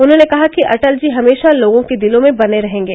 उन्होंने कहा कि अटल जी हमेशा लोगों के दिलों में बने रहेंगे